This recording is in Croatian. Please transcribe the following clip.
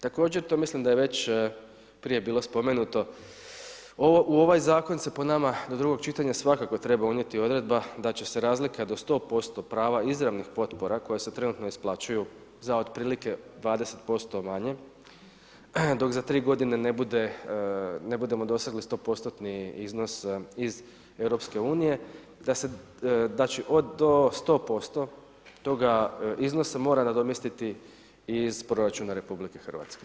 Također to mislim da je već prije bilo spomenuto u ovaj zakon se po nama do drugog čitanja svakako treba unijeti odredba da će se razlika do 100% prava izravnih potpora koje se trenutno isplaćuju za otprilike 20% manje dok za 3 godine ne budemo dosegli 100%-tni iznos iz Europske unije da se dakle od 100% toga iznosa mora nadomjestiti iz proračuna Republike Hrvatske.